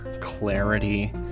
clarity